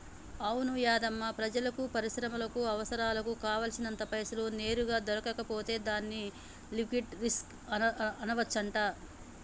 అవును యాధమ్మా ప్రజలకు పరిశ్రమలకు అవసరాలకు కావాల్సినంత పైసలు నేరుగా దొరకకపోతే దాన్ని లిక్విటీ రిస్క్ అనవచ్చంట